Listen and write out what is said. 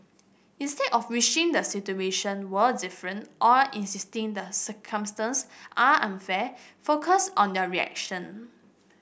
instead of wishing the situation were different or insisting the circumstance are unfair focus on the reaction